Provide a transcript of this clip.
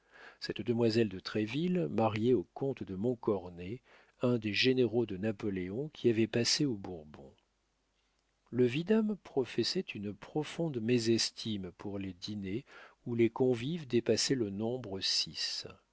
cette demoiselle de troisville mariée au comte de montcornet un des généraux de napoléon qui avait passé aux bourbons le vidame professait une profonde mésestime pour les dîners où les convives dépassaient le nombre